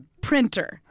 printer